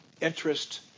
interest